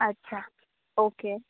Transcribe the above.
अच्छा ओके